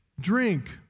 drink